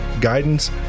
guidance